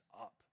up